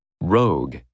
Rogue